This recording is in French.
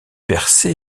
persée